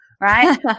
right